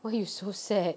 why you so sad